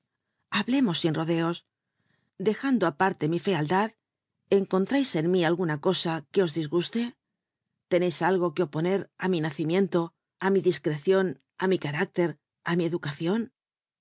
hablemos sin rodeo dejando aparte mi fealdad encontrais en mí nl una cosa que os disguste teneis algo que oponer it mi nacimiento á mi discrccion a mi carácter á mi educacion